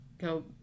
go